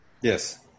Yes